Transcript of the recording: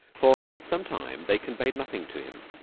for some time they conveyed nothing to him.